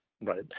Right